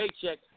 paycheck